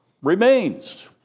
remains